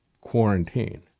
quarantine